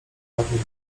ładnie